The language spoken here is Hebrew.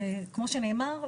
זה כמו שנאמר,